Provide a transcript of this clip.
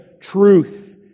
truth